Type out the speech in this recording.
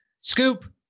Scoop